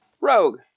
Rogue